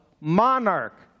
monarch